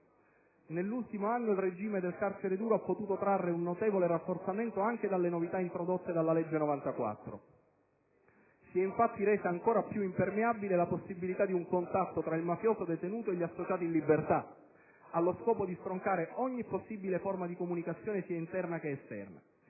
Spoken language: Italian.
Nell'ultimo anno il regime del carcere duro ha potuto trarre un notevole rafforzamento anche dalle novità introdotte dalla recente legge n. 94 del 2009. Si è infatti resa ancora più impermeabile la possibilità di contatto tra il mafioso detenuto e gli associati in libertà, allo scopo di stroncare ogni possibile forma di comunicazione sia interna che esterna.